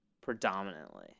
predominantly